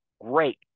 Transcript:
great